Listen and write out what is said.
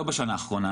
לא בשנה האחרונה.